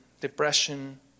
depression